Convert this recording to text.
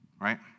right